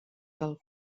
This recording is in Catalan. del